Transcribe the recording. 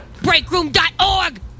Breakroom.org